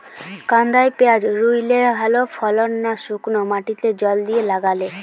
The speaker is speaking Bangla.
কাদায় পেঁয়াজ রুইলে ভালো ফলন না শুক্নো মাটিতে জল দিয়ে লাগালে?